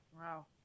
wow